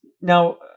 now